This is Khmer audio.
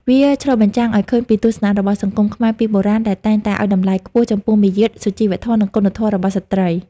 វាឆ្លុះបញ្ចាំងឱ្យឃើញពីទស្សនៈរបស់សង្គមខ្មែរពីបុរាណ ដែលតែងតែឱ្យតម្លៃខ្ពស់ចំពោះមារយាទ សុជីវធម៌ និងគុណធម៌របស់ស្ត្រី។